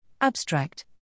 Abstract